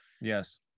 yes